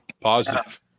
positive